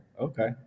Okay